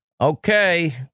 Okay